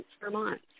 Vermont